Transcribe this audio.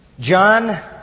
John